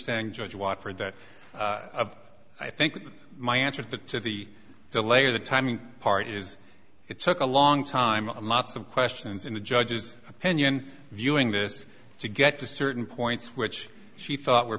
saying judge watch for that of i think my answer to the delay or the timing part is it took a long time and lots of questions in the judge's opinion viewing this to get to certain points which she thought were